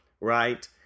right